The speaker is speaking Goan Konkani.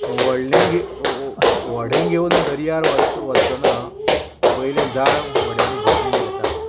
व्हडलें व्हडें घेवन दर्यार वत वतना पयलें जाळ व्हड्यान भरून घेतात